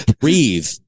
breathe